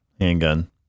Handgun